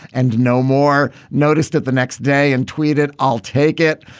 and no more noticed at the next day and tweeted i'll take it.